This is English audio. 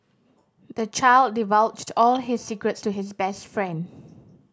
the child divulged all his secrets to his best friend